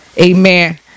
Amen